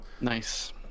Nice